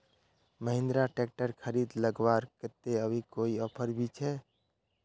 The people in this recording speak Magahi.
महिंद्रा ट्रैक्टर खरीद लगवार केते अभी कोई ऑफर भी छे?